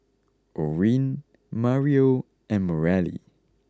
Orrin Mario and Mareli